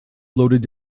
loaded